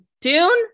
Dune